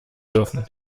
dürfen